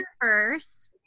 first